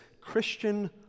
Christian